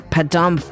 Padam